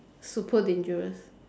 super dangerous